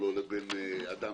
לבין אדם